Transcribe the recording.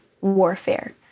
warfare